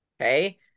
okay